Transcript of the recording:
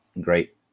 great